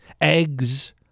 Eggs